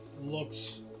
looks